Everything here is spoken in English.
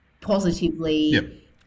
positively